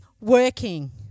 working